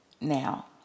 Now